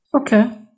Okay